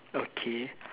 okay